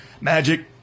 Magic